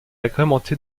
agrémenté